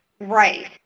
Right